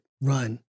run